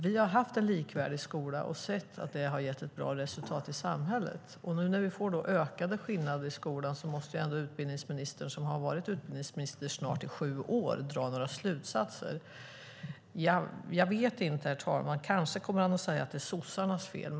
Vi har haft en likvärdig skola och har sett att det har gett ett bra resultat i samhället. Nu när vi får ökade skillnader i skolan måste ändå Jan Björklund som har varit utbildningsminister i snart sju år dra några slutsatser. Jag vet inte, herr talman. Kanske kommer han att säga att det är sossarnas fel.